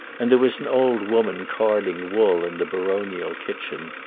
and there was an old woman carding wool in the baronial kitchen.